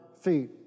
feet